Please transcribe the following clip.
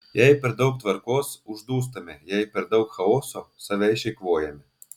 jei per daug tvarkos uždūstame jei per daug chaoso save išeikvojame